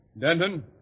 Denton